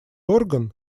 орган